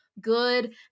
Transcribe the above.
good